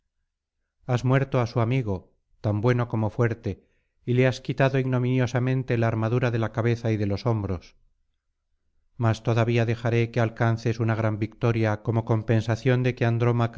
has muerto á su amigo tan bueno como fuerte y le has quitado ignominiosamente la armadura de la cabeza y de los hombros mas todavía dejaré que alcances una gran victoria como compensación de que